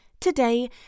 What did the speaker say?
Today